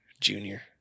Junior